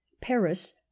Paris